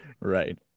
Right